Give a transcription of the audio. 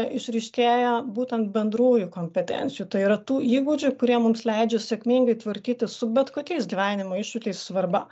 išryškėja būtent bendrųjų kompetencijų tai yra tų įgūdžių kurie mums leidžia sėkmingai tvarkytis su bet kokiais gyvenimo iššūkiais svarba